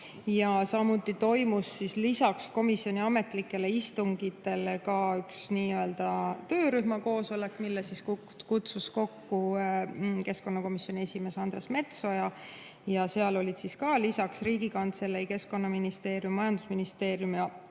Samuti toimus lisaks komisjoni ametlikele istungitele ka üks nii-öelda töörühma koosolek, mille kutsus kokku keskkonnakomisjoni esimees Andres Metsoja. Seal olid ka lisaks Riigikantselei, Keskkonnaministeeriumi, majandusministeeriumi ja